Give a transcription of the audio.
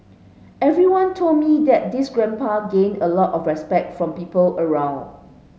everyone told me that this grandpa gained a lot of respect from people around